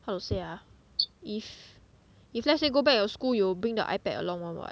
how to say ah if if let's say go back your school you will bring the ipad along [one] [what]